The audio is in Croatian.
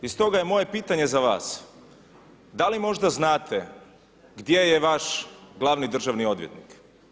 I stoga je moje pitanje za vas, da li možda znate gdje je vaš glavni državni odvjetnik?